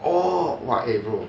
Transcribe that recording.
oh !wah! eh bro